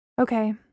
Okay